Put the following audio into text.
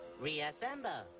Reassemble